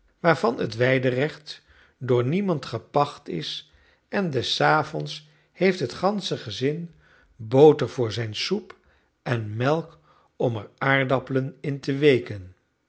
waarvan het weiderecht door niemand gepacht is en des avonds heeft het gansche gezin boter voor zijn soep en melk om er de aardappelen in te weeken